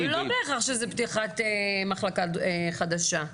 או לא בהכרח שזה פתיחת מחלקה חדשה.